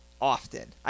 often